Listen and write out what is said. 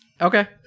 Okay